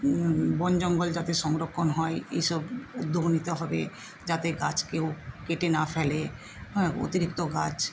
বন জঙ্গল যাতে সংরক্ষণ হয় এইসব উদ্যোগ নিতে হবে যাতে গাছ কেউ কেটে না ফেলে হ্যাঁ অতিরিক্ত গাছ